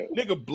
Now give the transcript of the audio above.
Nigga